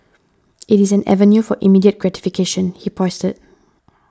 it is an avenue for immediate gratification he posited